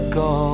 go